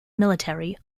military